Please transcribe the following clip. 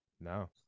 No